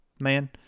man